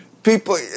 People